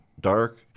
dark